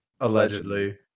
Allegedly